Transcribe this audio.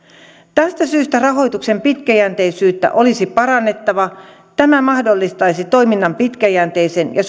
tästä syystä rahoituksen pitkäjänteisyyttä olisi parannettava tämä mahdollistaisi toiminnan pitkäjänteisen ja